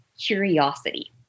curiosity